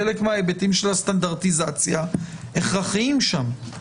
חלק מההיבטים של הסטנדרטיזציה הכרחיים שם,